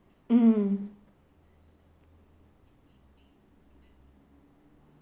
mm